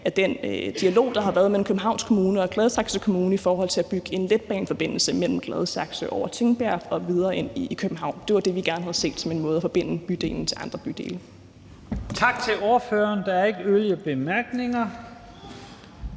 af den dialog, der har været mellem Københavns Kommune og Gladsaxe Kommune i forhold til at bygge en letbaneforbindelse fra Gladsaxe over Tingbjerg og videre ind i København. Det var det, vi gerne havde set som en måde at forbinde bydelen med andre bydele. Kl. 10:39 Første næstformand